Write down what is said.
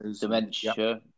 dementia